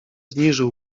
zniżył